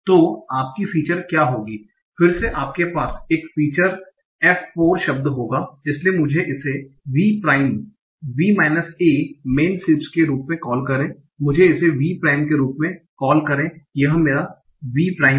तो आपकी फीचर क्या होगी फिर से आपके पास एक समान फीचर f 4 शब्द होगा इसलिए मुझे इसे V prime V a man sleeps के रूप में कॉल करें मुझे इसे V प्राइम के रूप में कॉल करें यह मेरा V प्राइम है